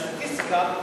בסטטיסטיקה,